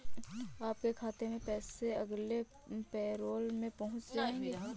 आपके खाते में पैसे अगले पैरोल में पहुँच जाएंगे